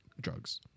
drugs